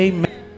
Amen